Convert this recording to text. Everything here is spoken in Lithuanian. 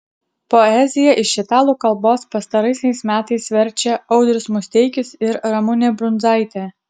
poeziją iš italų kalbos pastaraisiais metais verčia audrius musteikis ir ramunė brundzaitė